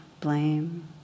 blame